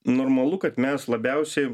normalu kad mes labiausiai